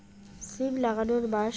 সিম লাগানোর মাস?